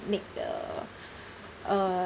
make the uh